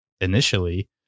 initially